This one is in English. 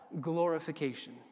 glorification